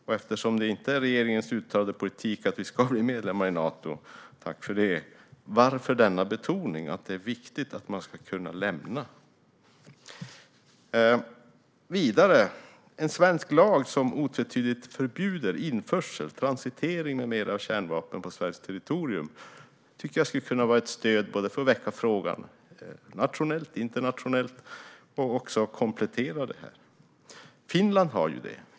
Men eftersom regeringens uttalade politik inte är att vi ska bli medlem i Nato - tack för det! - får betoningen att det är viktigt att man ska kunna lämna ett avtal mig att undra över den. Vidare: En svensk lag som otvetydigt förbjuder införsel, transitering med mera av kärnvapen på Sveriges territorium tycker jag skulle kunna vara ett stöd för att väcka frågan nationellt och internationellt och komplettera det här. Finland har ju detta.